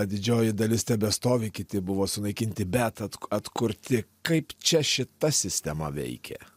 didžioji dalis tebestovi kiti buvo sunaikinti bet at atkurti kaip čia šita sistema veikė